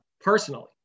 personally